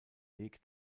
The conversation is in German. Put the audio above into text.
weg